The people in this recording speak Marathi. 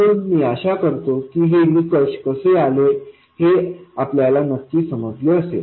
म्हणून मी आशा करतो की हे निकष कसे आले हे आपल्याला नक्की समजले असेल